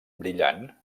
brillant